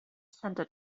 santa